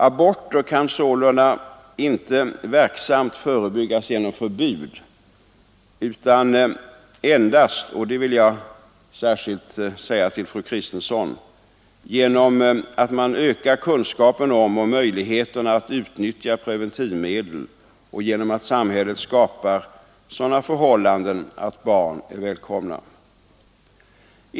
Aborter kan sålunda inte verksamt förebyggas genom förbud utan endast — det vill jag särskilt säga till fru Kristensson — genom att man ökar kunskapen om och möjligheterna att utnyttja preventivmedel och genom att samhället skapar sådana förhållanden att barn är välkomna.